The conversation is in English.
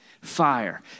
Fire